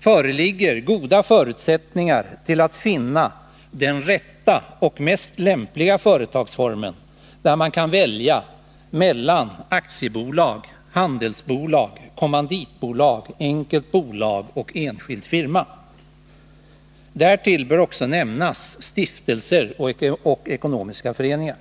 föreligger goda förutsättningar att finna den rätta och mest lämpliga företagsformen, där man kan välja mellan aktiebolag, handelsbolag, kommanditbolag, enkelt bolag och enskild firma. Därtill bör också nämnas stiftelser och ekonomiska föreningar.